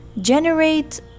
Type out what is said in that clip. generate